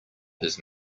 his